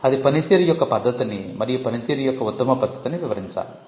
అది పనితీరు యొక్క పద్ధతిని మరియు పని తీరు యొక్క ఉత్తమ పద్ధతిని వివరించాలి